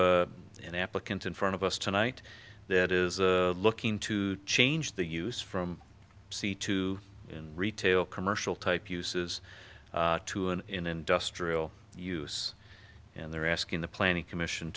an applicant in front of us tonight that is looking to change the use from sea to retail commercial type uses to an industrial use and they're asking the planning commission